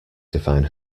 define